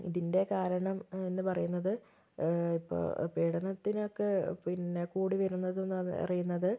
ഇതിന്റെ കാരണം എന്ന് പറയുന്നത് ഇപ്പോൾ പീഡനത്തിനൊക്കെ പിന്നെ കൂടി വരുന്നതെന്ന് പറയുന്നത്